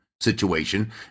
situation